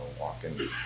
walking